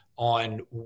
on